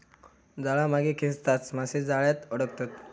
जाळा मागे खेचताच मासे जाळ्यात अडकतत